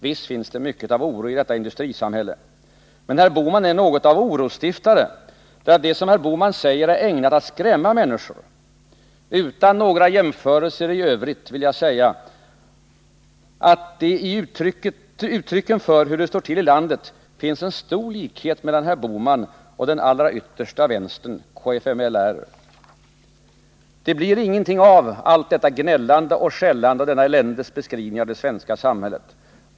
Visst finns det mycket av oro i detta industrisamhälle ——-. Men herr Bohman är något av en orosstiftare, därför att det som herr Bohman säger är ägnat att skrämma människor. Utan några jämförelser i övrigt vill jag säga att det i uttrycken för hur det står till i landet finns en stor likhet mellan herr Bohman och den allra yttersta vänstern, KFML. -—-- Det blir ingenting av allt detta gnällande och skällande och denna eländesbeskrivning av det svenska samhället.